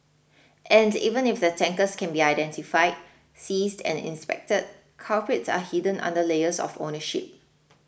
and even if the tankers can be identified seized and inspected culprits are hidden under layers of ownership